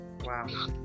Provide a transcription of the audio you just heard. wow